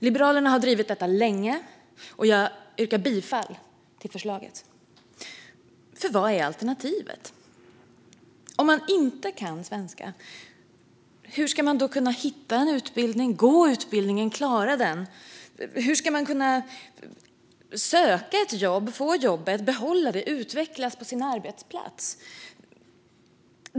Liberalerna har drivit denna fråga länge, och jag yrkar bifall till utskottets förslag. Vad är alternativet? Om man inte kan svenska, hur ska man då hitta en utbildning, gå utbildningen och klara den? Hur ska man kunna söka ett jobb, få jobbet, behålla jobbet och utvecklas på sin arbetsplats?